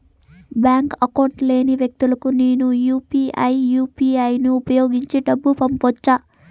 Bank account లేని వ్యక్తులకు నేను యు పి ఐ యు.పి.ఐ ను ఉపయోగించి డబ్బు పంపొచ్చా?